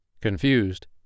Confused